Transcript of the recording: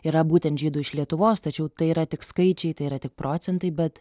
yra būtent žydų iš lietuvos tačiau tai yra tik skaičiai tai yra tik procentai bet